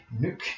Nuke